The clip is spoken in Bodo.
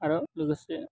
आरो लोगोसे